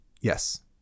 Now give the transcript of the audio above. Yes